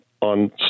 on